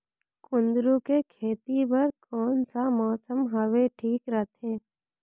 कुंदूरु के खेती बर कौन सा मौसम हवे ठीक रथे?